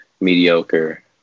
mediocre